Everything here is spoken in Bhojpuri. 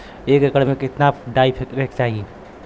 एक एकड़ में कितना डाई फेके के चाही?